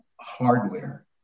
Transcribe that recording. hardware